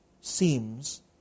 seems